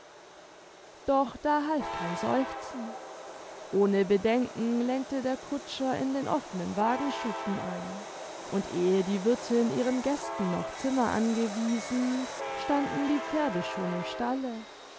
doch da half kein seufzen ohne bedenken lenkte der kutscher in den offenen wagenschuppen ein und ehe die wirthin ihren gästen noch zimmer angewiesen standen die pferde schon im stalle